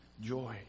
joy